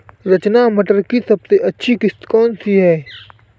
रचना मटर की सबसे अच्छी किश्त कौन सी है?